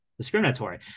Discriminatory